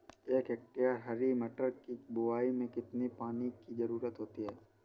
एक हेक्टेयर हरी मटर की बुवाई में कितनी पानी की ज़रुरत होती है?